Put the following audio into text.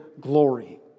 Glory